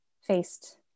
faced